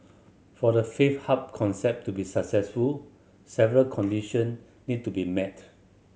for the faith hub concept to be successful several condition need to be met